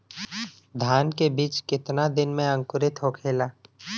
धान के बिज कितना दिन में अंकुरित होखेला?